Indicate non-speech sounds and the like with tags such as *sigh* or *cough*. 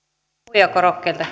puhujakorokkeelta *unintelligible*